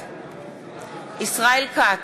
בעד ישראל כץ,